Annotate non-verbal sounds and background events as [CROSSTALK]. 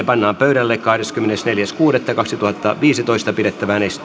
[UNINTELLIGIBLE] pannaan pöydälle kahdeskymmenesneljäs kuudetta kaksituhattaviisitoista pidettävään